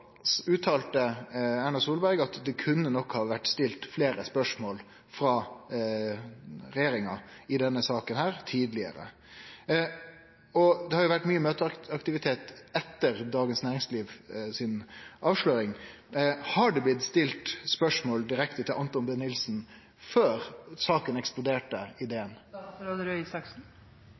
uttalte Erna Solberg at det nok kunne ha vore stilt fleire spørsmål frå regjeringa i denne saka tidlegare. Det har vore mykje møteaktivitet etter avsløringa i Dagens Næringsliv. Har det blitt stilt spørsmål direkte til Anthon B Nilsen før saka eksploderte i